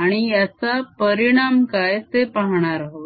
आणि याचा परिणाम काय ते पाहणार आहोत